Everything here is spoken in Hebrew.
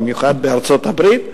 במיוחד בארצות-הברית.